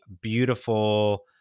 beautiful